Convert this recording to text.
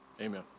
Amen